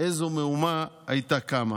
איזו מהומה הייתה קמה.